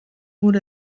wurde